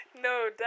No